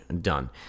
done